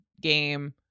game